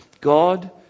God